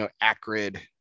acrid